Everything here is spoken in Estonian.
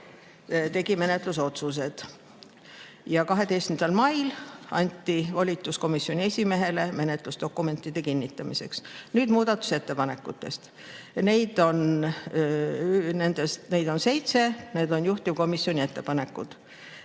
tegi menetlusotsused. 12. mail anti komisjoni esimehele volitus menetlusdokumentide kinnitamiseks. Nüüd muudatusettepanekutest. Neid on seitse, need on juhtivkomisjoni ettepanekud